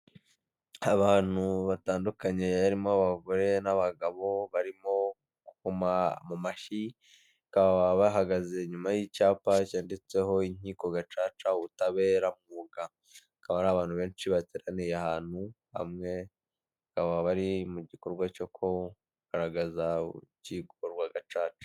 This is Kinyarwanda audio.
Abantu batandukanye harimo abagore n'abagabo barimo bakoma mumashyi bakaba bahagaze inyuma y'icyapa cyanditseho inkiko gacaca ubutaberaba hari abantu benshi bateraniye ahantu hamwe bari mu gikorwa cyo kugaragaza urukiko rwa gacaca.